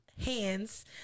hands